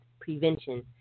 prevention